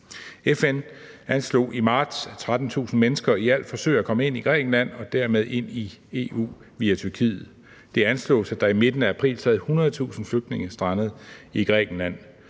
at i alt 13.000 mennesker forsøger at komme ind i Grækenland og dermed ind i EU via Tyrkiet. Det anslås, at der i midten af april sad 100.000 flygtninge strandet i Grækenland.